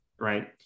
right